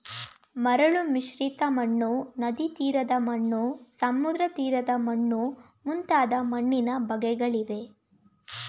ಮರಳು ಮಿಶ್ರಿತ ಮಣ್ಣು, ನದಿತೀರದ ಮಣ್ಣು, ಸಮುದ್ರತೀರದ ಮಣ್ಣು ಮುಂತಾದ ಮಣ್ಣಿನ ಬಗೆಗಳಿವೆ